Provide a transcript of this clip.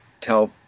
tell